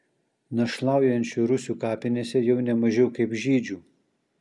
našlaujančių rusių kapinėse jau ne mažiau kaip žydžių